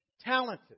talented